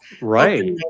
Right